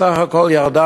בסך הכול ירדה